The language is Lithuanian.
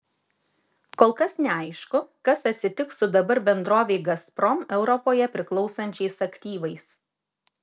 kol kas neaišku kas atsitiks su dabar bendrovei gazprom europoje priklausančiais aktyvais